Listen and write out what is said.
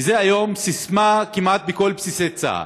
וזאת היום סיסמה כמעט בכל בסיסי צה"ל.